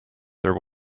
there